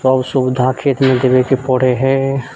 सब सुविधा खेतमे देबेके पड़ै हय